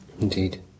Indeed